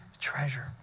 treasure